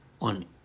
on